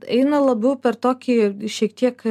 eina labiau per tokį šiek tiek